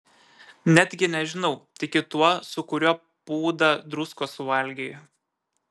netgi nežinau tiki tuo su kuriuo pūdą druskos suvalgei